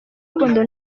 rukundo